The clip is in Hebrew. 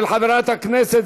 אין דבר כזה.